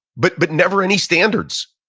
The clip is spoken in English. but but never any standards.